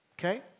Okay